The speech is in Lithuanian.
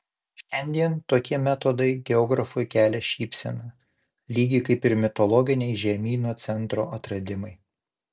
šiandien tokie metodai geografui kelia šypseną lygiai kaip ir mitologiniai žemyno centro atradimai